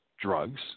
drugs